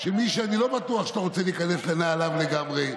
של מישהו שאני לא בטוח שאתה רוצה להיכנס לנעליו לגמרי,